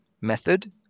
method